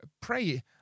pray